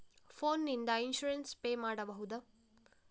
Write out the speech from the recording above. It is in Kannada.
ಫೋನ್ ನಿಂದ ಇನ್ಸೂರೆನ್ಸ್ ಪೇ ಮಾಡಬಹುದ?